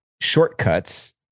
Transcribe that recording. shortcuts